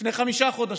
לפני חמישה חודשים,